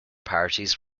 parties